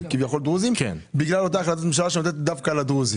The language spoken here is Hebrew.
דרוזים בגלל אותה החלטת ממשלה שנותנת דווקא לדרוזים.